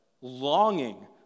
longing